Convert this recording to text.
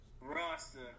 roster